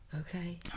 Okay